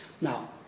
Now